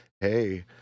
Hey